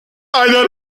einer